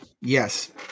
Yes